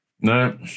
No